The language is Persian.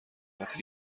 وقتی